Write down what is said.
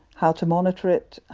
how to monitor it,